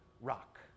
rock